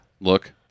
Look